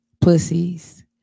pussies